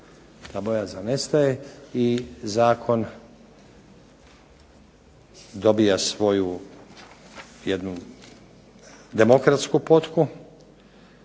ta bojazan nestaje i zakon dobija svoju jednu demokratsku potku,